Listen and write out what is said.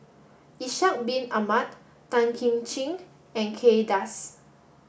Ishak Bin Ahmad Tan Kim Ching and Kay Das